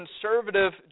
conservative